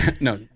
No